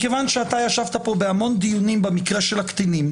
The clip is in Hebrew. מכיוון שאתה ישבת פה בהמון דיונים במקרה של הקטינים,